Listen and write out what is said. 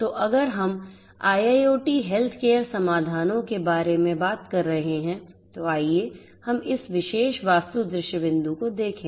तो अगर हम IIoT हेल्थकेयर समाधानों के बारे में बात कर रहे हैं तो आइए हम इस विशेष वास्तु दृश्य बिंदु को देखें